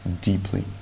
deeply